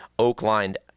oak-lined